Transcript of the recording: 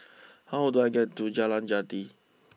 how do I get to Jalan Jati